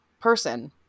person